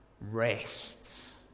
rests